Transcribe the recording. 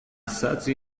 سطری